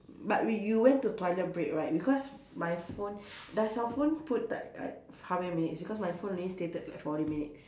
but we you went to toilet break right because my phone does our phone put like like how many minutes because my phone only stated like forty minutes